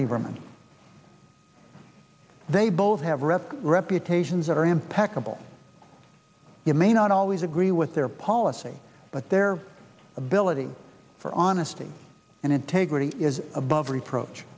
lieberman they both have rep reputations that are impeccable you may not always agree with their policy but their ability for honesty and integrity is above reproach